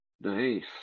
Nice